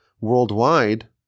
worldwide